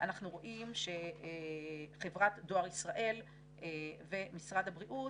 אנחנו רואים שחברת דואר ישראל ומשרד הבריאות,